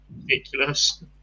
ridiculous